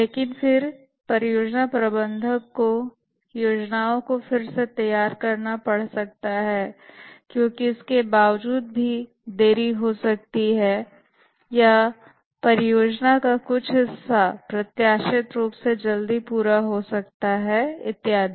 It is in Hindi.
लेकिन फिर परियोजना प्रबंधक को योजना को फिर से तैयार करना पड़ सकता है क्योंकि इसके बावजूद भी देरी हो सकती है या परियोजना का कुछ हिस्सा प्रत्याशित रूप से जल्दी पूरा हो सकता है इत्यादि